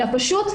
אלא פשוט,